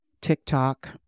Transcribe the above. TikTok